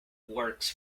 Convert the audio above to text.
works